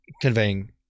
conveying